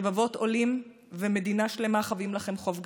רבבות עולים ומדינה שלמה חבים לכם חוב גדול.